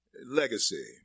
Legacy